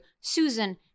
Susan